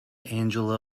angela